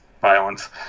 violence